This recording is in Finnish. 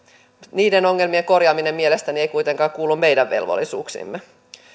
niiden ongelmien korjaaminen mielestäni ei kuitenkaan kuulu meidän velvollisuuksiimme